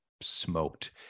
smoked